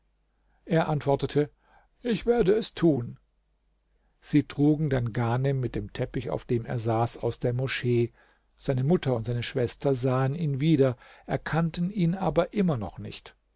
er antwortete ich werde es tun sie trugen dann ghanem mit dem teppich auf dem er saß aus der moschee seine mutter und seine schwester sahen ihn wieder erkannten ihn aber immer noch nicht